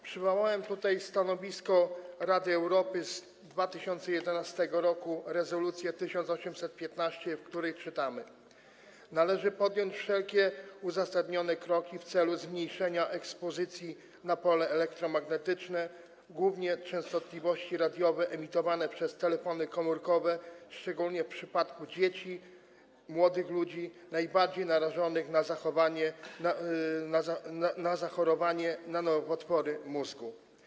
Przywołałem tutaj stanowisko Rady Europy z 2011 r., rezolucję 1815, w której czytamy: Należy podjąć wszelkie uzasadnione kroki w celu zmniejszenia ekspozycji na pole elektromagnetyczne, głównie częstotliwości radiowe emitowane przez telefony komórkowe, szczególnie w przypadku dzieci, młodych ludzi najbardziej narażonych na zachorowanie na nowotwory mózgu.